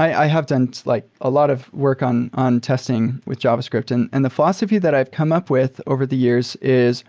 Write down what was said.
i have done like a lot of work on on testing with javascript, and and the philosophy that i've come up with over the years is